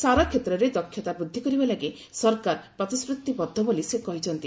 ସାର କ୍ଷେତ୍ରରେ ଦକ୍ଷତା ବୃଦ୍ଧି କରିବା ଲାଗି ସରକାର ପ୍ରତିଶ୍ରତିବଦ୍ଧ ବୋଲି ସେ କହିଛନ୍ତି